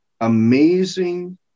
amazing